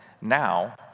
now